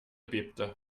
bebte